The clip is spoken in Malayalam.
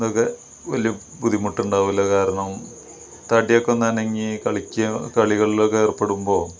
ന് ഒക്കെ വലിയ ബുദ്ധിമുട്ടുണ്ടാവില്ല കാരണം തടി ഒക്കെ ഒന്നനങ്ങി കളിക്കുക കളികളിൽ ഒക്കെ ഏർപ്പെടുമ്പോൾ